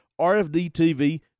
RFD-TV